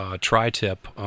tri-tip